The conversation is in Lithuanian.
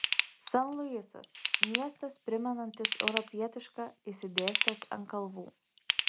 san luisas miestas primenantis europietišką išsidėstęs ant kalvų